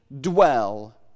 dwell